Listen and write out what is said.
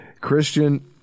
Christian